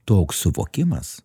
toks suvokimas